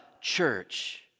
church